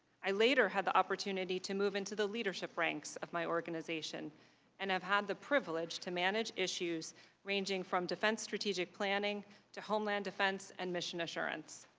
i later had the opportunity to move into the leadership ranks of my organization and have had the privilege to manage issues ranging from defense strategic planning for homeland defense and mission assurance.